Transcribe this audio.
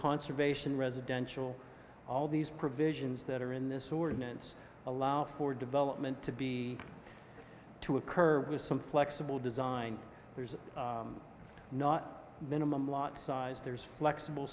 conservation residential all these provisions that are in this ordinance allow for development to be to occur with some flexible design there's not minimum lot size there's flexible